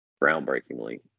groundbreakingly